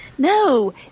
No